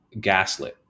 gaslit